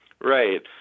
Right